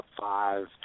five